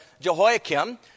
Jehoiakim